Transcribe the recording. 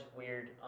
weird